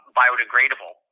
biodegradable